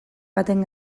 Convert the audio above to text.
baten